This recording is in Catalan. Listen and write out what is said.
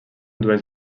dues